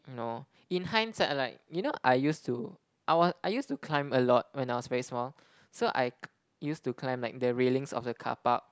no in hindsight I'm like you know I used to I was I used to climb a lot when I was very small so I c~ used to climb the railings of the car park